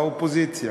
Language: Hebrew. באופוזיציה.